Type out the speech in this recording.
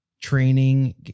training